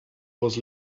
was